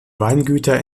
weingüter